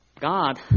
God